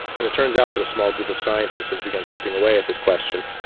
and it turns out that a small group of scientists has begun chipping away at this question.